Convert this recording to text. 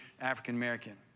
African-American